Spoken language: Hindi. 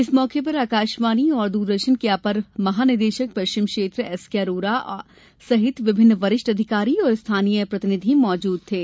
इस मौके पर आकाशवाणी एवं दूरदर्शन के अपर महानिदेशक पश्चिम क्षेत्र एसके अरोरा सहित विभिन्न वरिष्ठ अधिकारी और स्थानीय प्रतिनिधि मौजूद थे